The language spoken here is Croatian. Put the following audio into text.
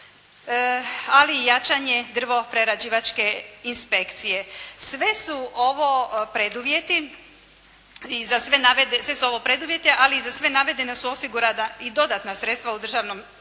ali i jačanje drvoprerađivačke inspekcije. Sve su ovo preduvjeti, ali i za sve navedeno su osigurana i dodatna sredstva u državnom proračunu